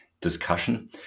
discussion